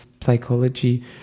psychology